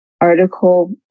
article